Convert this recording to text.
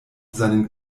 seinen